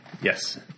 yes